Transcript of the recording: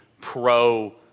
pro